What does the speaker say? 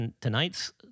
tonight's